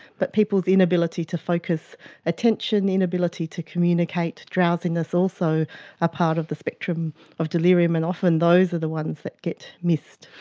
but people's inability to focus attention, inability to communicate, drowsiness are also a part of the spectrum of delirium, and often those are the ones that get missed.